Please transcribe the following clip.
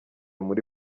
muri